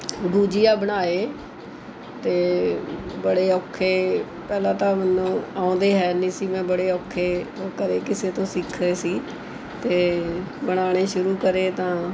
ਗੁਜੀਆ ਬਣਾਏ ਅਤੇ ਬੜੇ ਔਖੇ ਪਹਿਲਾਂ ਤਾਂ ਮੈਨੂੰ ਆਉਂਦੇ ਹੈ ਨਹੀਂ ਸੀ ਮੈਂ ਬੜੇ ਔਖੇ ਉਹ ਘਰੇ ਕਿਸੇ ਤੋਂ ਸਿੱਖੇ ਸੀ ਅਤੇ ਬਣਾਉਣੇ ਸ਼ੁਰੂ ਕਰੇ ਤਾਂ